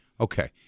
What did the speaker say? Okay